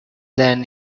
then